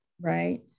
Right